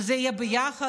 זה יהיה ביחד,